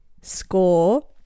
score